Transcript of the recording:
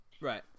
Right